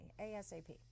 ASAP